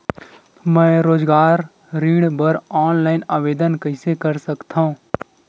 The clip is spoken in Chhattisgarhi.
मैं रोजगार ऋण बर ऑनलाइन आवेदन कइसे कर सकथव?